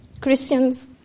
Christians